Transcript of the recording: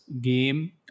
game